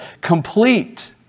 complete